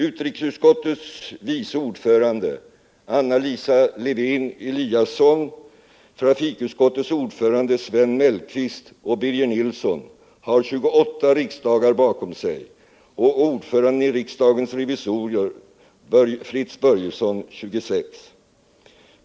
Utrikesutskottets vice ordförande Anna Lisa Lewén-Eliasson, trafikutskottets ordförande Sven Mellqvist och Birger Nilsson har 28 riksdagar bakom sig och ordföranden i riksdagens revisorer Fritz Börjesson 26.